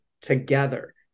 together